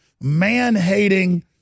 man-hating